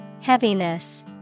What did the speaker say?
Heaviness